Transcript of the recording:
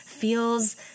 Feels